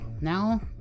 now